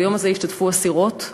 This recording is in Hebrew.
ביום הזה השתתפו אסירות,